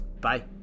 Bye